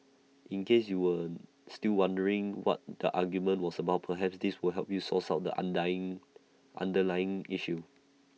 in case you were still wondering what the argument was about perhaps this will help source out the underlying underlying issue